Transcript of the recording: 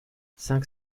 cinq